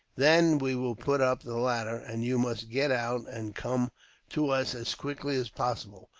then we will put up the ladder, and you must get out, and come to us as quickly as possible.